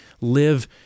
live